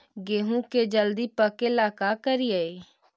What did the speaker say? गेहूं के जल्दी पके ल का करियै?